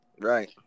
Right